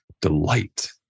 delight